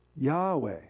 Yahweh